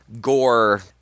gore